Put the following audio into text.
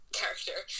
character